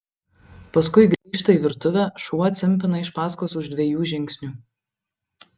paskui grįžta į virtuvę šuo cimpina iš paskos už dviejų žingsnių